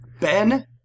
Ben